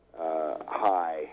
High